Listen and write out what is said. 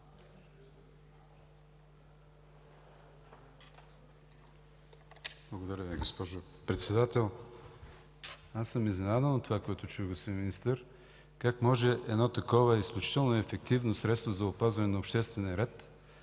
Благодаря Ви, госпожо Председател. Изненадан съм от това, което чух, господин Министър. Как може за едно такова изключително ефективно средство за опазване на обществения ред